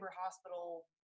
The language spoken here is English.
hospital